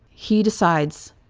he decides.